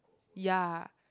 ya